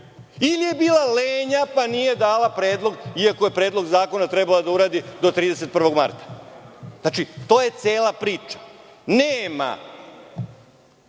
ili je bila lenja pa nije dala predlog, iako je Predlog zakona trebalo da uradi do 31. marta. To je cela priča. Nema